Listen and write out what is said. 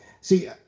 see